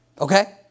Okay